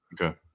Okay